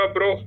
Bro